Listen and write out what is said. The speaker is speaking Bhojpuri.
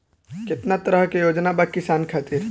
केतना तरह के योजना बा किसान खातिर?